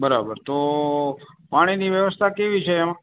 બરાબર તો પાણીની વ્યવસ્થા કેવી છે એમાં